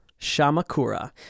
shamakura